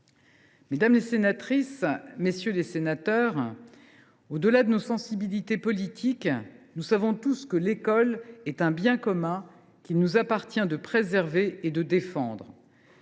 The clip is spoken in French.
Mesdames les sénatrices, messieurs les sénateurs, au delà de nos sensibilités politiques, nous savons tous que l’école est un bien commun qu’il nous appartient de préserver et de défendre.